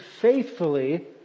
faithfully